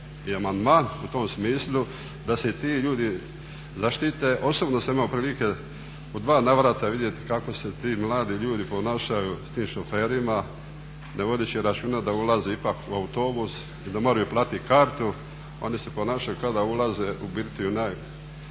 i amandman u tom smislu da se ti ljudi zaštite. Osobno sam imao prilike u dva navrata vidjeti kako se ti mladi ljudi ponašaju sa tim šoferima ne vodeći računa da ulaze ipak u autobus i da moraju platiti kartu, oni se ponašaju kao da ulaze u birtiju